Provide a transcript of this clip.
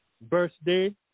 birthday